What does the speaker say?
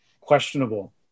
questionable